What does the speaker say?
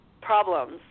problems